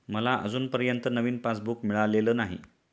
मला अजूनपर्यंत नवीन पासबुक मिळालेलं नाही